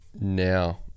now